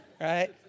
Right